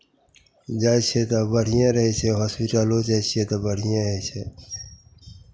जाइ छियै तऽ बढ़िएँ रहै छै हॉस्पिटलो जाइ छियै तऽ बढ़िएँ होइ छै